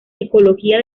ecología